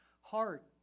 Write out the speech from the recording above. heart